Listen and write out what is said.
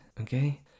okay